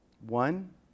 One